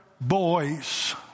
boys